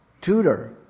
tutor